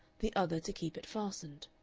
the other to keep it fastened.